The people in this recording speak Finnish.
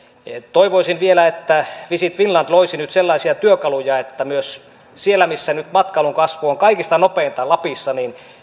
toivoisin vielä että visit finland loisi nyt sellaisia työkaluja että myös siellä missä nyt matkailun kasvu on kaikista nopeinta lapissa